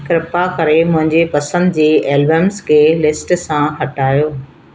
कृपा करे मुंहिंजे पसंदि जे एलबम्स के लिस्ट सां हटायो